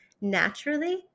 naturally